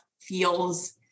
feels